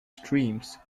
streams